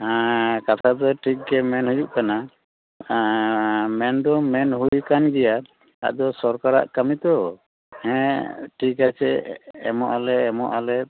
ᱦᱮᱸ ᱠᱟᱛᱷᱟ ᱫᱚ ᱴᱷᱤᱠ ᱜᱮ ᱢᱮᱱ ᱦᱩᱭᱩᱜ ᱠᱟᱱᱟ ᱢᱮᱱ ᱫᱚ ᱢᱮᱱ ᱦᱩᱭ ᱟᱠᱟᱱ ᱜᱮᱭᱟ ᱟᱫᱚ ᱥᱚᱨᱠᱟᱨᱟᱜ ᱠᱟᱹᱢᱤ ᱛᱚ ᱦᱮᱸ ᱴᱷᱤᱠ ᱟᱪᱷᱮ ᱮᱢᱚᱜ ᱟᱞᱮ ᱮᱢᱚᱜ ᱟᱞᱮ